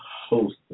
host